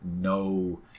no